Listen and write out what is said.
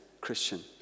Christian